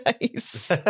nice